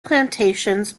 plantations